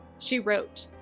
she wrote,